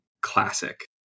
Classic